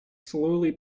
slowly